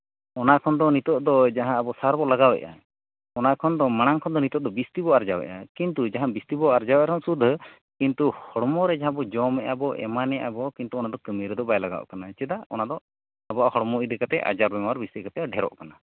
ᱚᱱᱟ ᱠᱷᱚᱱ ᱫᱚ ᱱᱤᱛᱚᱜ ᱫᱚ ᱡᱟᱦᱟᱸ ᱟᱵᱚ ᱥᱟᱨ ᱵᱚᱱ ᱞᱟᱜᱟᱣᱮᱫᱼᱟ ᱚᱱᱟ ᱠᱷᱚᱱ ᱫᱚ ᱢᱟᱲᱟᱝ ᱠᱷᱚᱱ ᱫᱚ ᱱᱤᱛᱚᱜ ᱵᱤᱥᱛᱤ ᱵᱚᱱ ᱟᱨᱡᱟᱣᱮᱫᱼᱟ ᱠᱤᱱᱛᱩ ᱡᱟᱦᱟᱸ ᱵᱤᱥᱛᱤ ᱵᱚ ᱟᱨᱡᱟᱣ ᱨᱮᱦᱚᱸ ᱥᱩᱫᱷᱟᱹ ᱠᱤᱱᱛᱩ ᱦᱚᱲᱢᱚᱨᱮ ᱡᱟᱦᱟᱸ ᱵᱚᱱ ᱡᱚᱢᱮᱫᱼᱟ ᱮᱢᱟᱱᱮᱫᱼᱟ ᱵᱚ ᱠᱤᱱᱛᱩ ᱚᱱᱟᱫᱚ ᱠᱟᱹᱢᱤ ᱨᱮᱫᱚ ᱵᱟᱭ ᱞᱟᱜᱟᱜ ᱠᱟᱱᱟᱭ ᱪᱮᱫᱟᱜ ᱚᱱᱟᱫᱚ ᱟᱵᱚᱣᱟᱜ ᱦᱚᱲᱢᱚ ᱤᱫᱤ ᱠᱟᱛᱮᱫ ᱟᱡᱟᱨ ᱵᱤᱢᱟᱨ ᱤᱫᱤ ᱠᱟᱛᱮᱫ ᱰᱷᱮᱹᱨᱚᱜ ᱠᱟᱱᱟ